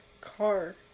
car